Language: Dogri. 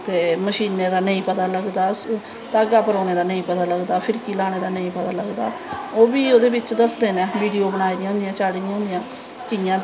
ते मशीनें दा नेंई पता लगदा धागा परोनें दा नेंई पता लगदा फिरकी परोनें दा नेई पता लगदा ओह् बी ओह्दे बिच्च दसदे नै बीडियो बनाई दियां होंदियां नैं चाड़ी दियां होंदियां नै